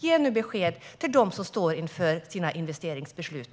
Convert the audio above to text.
Ge nu besked till dem där ute som står inför investeringsbeslut!